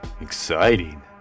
Exciting